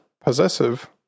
possessive